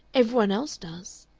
every one else does.